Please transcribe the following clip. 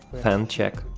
fan check.